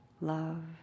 love